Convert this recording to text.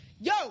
Yo